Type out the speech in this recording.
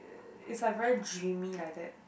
uh it's like very dreamy like that